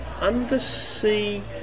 undersea